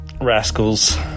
rascals